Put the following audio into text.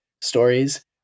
stories